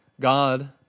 God